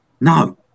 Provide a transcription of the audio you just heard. no